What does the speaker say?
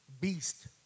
beast